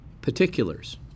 particulars